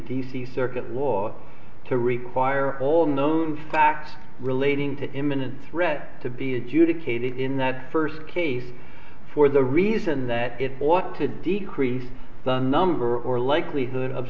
c circuit law to require all known facts relating to imminent threat to be adjudicated in that first case for the reason that it ought to decrease the number or likelihood of